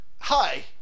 Hi